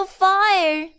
fire